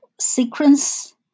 sequence